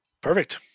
Perfect